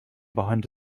behind